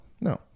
No